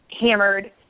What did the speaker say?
hammered